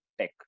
tech